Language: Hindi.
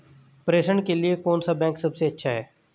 प्रेषण के लिए कौन सा बैंक सबसे अच्छा है?